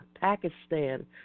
Pakistan